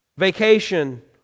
Vacation